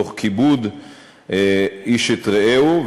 תוך כיבוד איש את רעהו,